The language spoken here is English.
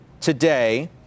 today